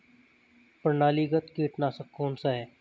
प्रणालीगत कीटनाशक कौन सा है?